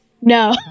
no